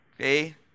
okay